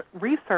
research